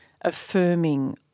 affirming